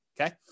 okay